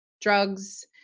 drugs